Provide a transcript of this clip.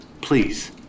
Please